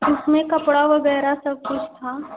उसमें कपड़ा वग़ैरह सब कुछ था